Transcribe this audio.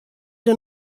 der